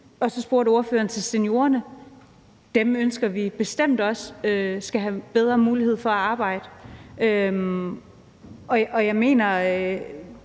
Så spurgte ordføreren til seniorerne. Seniorerne ønsker vi bestemt også skal have bedre mulighed for at arbejde. Jeg mener,